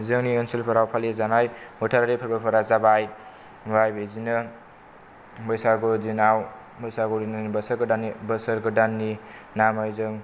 जोंनि ओनसोलफोराव फालिजानाय बोथोरारि फोरबोफोरा जाबाय ओमफ्राय बिदिनो बैसागु दिना बैसागुनि बोसोर गोदाननि बोसोर गोदाननि नामै जों